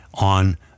on